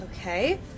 Okay